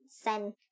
Sen